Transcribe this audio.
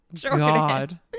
god